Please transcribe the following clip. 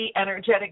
energetic